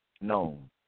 known